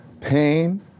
pain